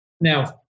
now